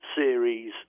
series